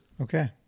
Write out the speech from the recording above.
Okay